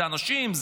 זה אנשים,